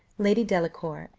lady delacour,